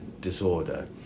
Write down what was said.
disorder